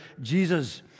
Jesus